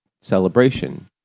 celebration